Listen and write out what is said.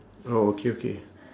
oh okay okay